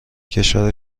کشور